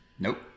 Nope